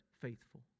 faithful